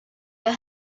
your